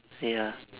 ya